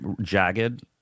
jagged